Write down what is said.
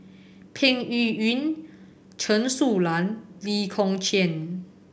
Peng Yuyun Chen Su Lan Lee Kong Chian